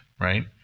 right